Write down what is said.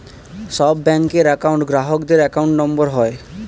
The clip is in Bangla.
সব ব্যাঙ্কের একউন্ট গ্রাহকদের অ্যাকাউন্ট নম্বর হয়